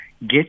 get